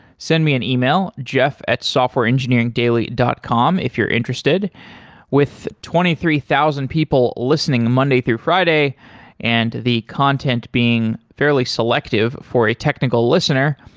send me an e-mail jeff at softwareengineeringdaily dot com if you're interested with twenty three thousand people listening monday through friday and the content being fairly selective for a technical listener,